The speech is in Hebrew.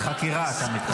לחקירה, אתה מתכוון.